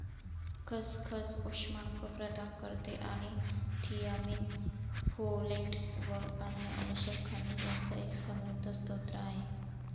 खसखस उष्मांक प्रदान करते आणि थियामीन, फोलेट व अन्य आवश्यक खनिज यांचा एक समृद्ध स्त्रोत आहे